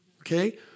Okay